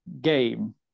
Game